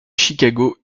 chicago